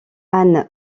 anne